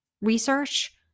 research